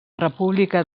república